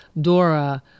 Dora